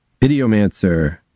Idiomancer